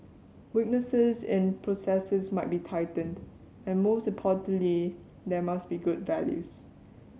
weaknesses in processes must be tightened and most importantly there must be good values